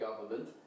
government